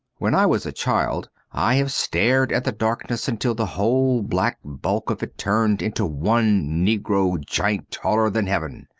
when i was a child i have stared at the darkness until the whole black bulk of it turned into one negro giant taller than heaven.